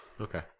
Okay